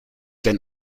denn